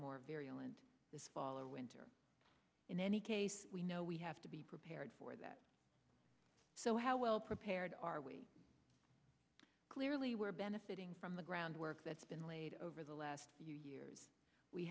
more variable and this fall or winter in any case we know we have to be prepared for that so how well prepared are we clearly we're benefiting from groundwork that's been laid over the last few years we